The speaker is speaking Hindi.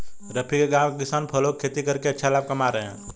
रफी के गांव के किसान फलों की खेती करके अच्छा लाभ कमा रहे हैं